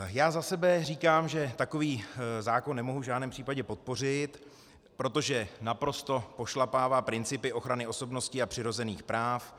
Já za sebe říkám, že takový zákon nemohu v žádném případě podpořit, protože naprosto pošlapává principy ochrany osobnosti a přirozených práv.